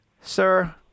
Sir